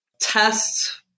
tests